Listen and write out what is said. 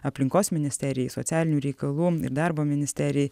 aplinkos ministerijai socialinių reikalų ir darbo ministerijai